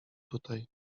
tutaj